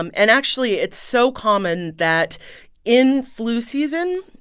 um and actually, it's so common that in flu season,